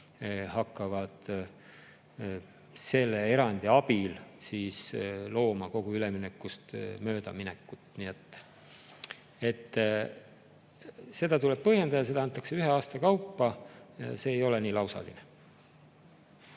hakkavad selle erandi abil looma kogu üleminekust möödaminekut. Seda [erandit] tuleb põhjendada, seda antakse ühe aasta kaupa. See ei ole nii lausaline.